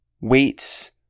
weights